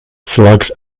slugs